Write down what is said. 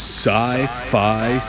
Sci-Fi